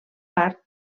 part